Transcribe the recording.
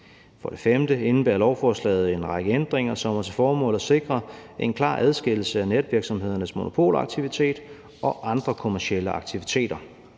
For det femte indebærer lovforslaget en række ændringer, som har til formål at sikre en klar adskillelse af netvirksomhedernes monopolaktivitet og andre kommercielle aktiviteter.